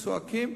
צועקים,